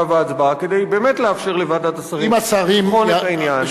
וההצעה כדי באמת לאפשר לוועדת השרים לבחון את העניין.